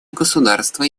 государства